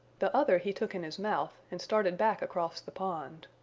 the other he took in his mouth and started back across the pond.